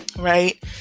Right